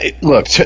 look